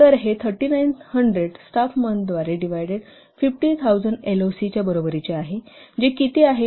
तर हे 3900 स्टाफ मंथद्वारे डिव्हायडेड 50000 एलओसी च्या बरोबरीचे आहे जे किती आहे